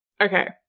okay